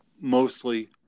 mostly